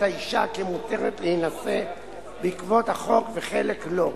האשה כמותרת להינשא בעקבות החוק וחלק לא.